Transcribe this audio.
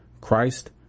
Christ